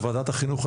בוועדת החינוך,